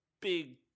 big